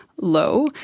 low